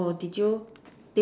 did you